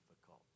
difficult